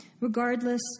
Regardless